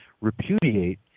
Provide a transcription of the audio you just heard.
repudiate